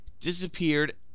disappeared